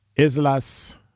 islas